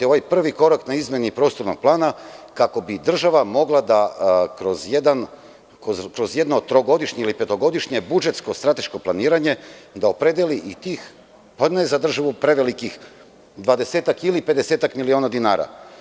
Ovaj prvi korak na izmeni prostornog plana, kako bi država mogla da kroz jedno trogodišnje ili petogodišnje budžetsko strateško planiranje, da opredeli i tih, pa ne za državu prevelikih, dvadesetak ili pedesetak miliona dinara.